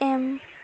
M